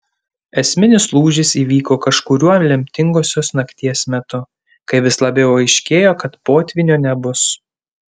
esminis lūžis įvyko kažkuriuo lemtingosios nakties metu kai vis labiau aiškėjo kad potvynio nebus